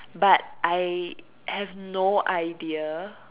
but I have no idea